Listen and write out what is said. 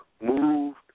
Moved